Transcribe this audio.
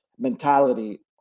mentality